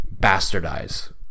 bastardize